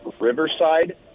Riverside